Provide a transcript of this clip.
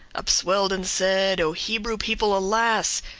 upswell'd and said, o hebrew people, alas!